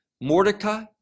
Mordecai